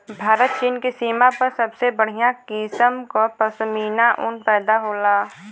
भारत चीन के सीमा पर सबसे बढ़िया किसम क पश्मीना ऊन पैदा होला